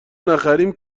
نخریم